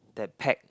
that pack